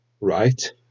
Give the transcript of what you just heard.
Right